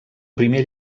primer